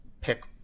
pick